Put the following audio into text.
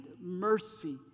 mercy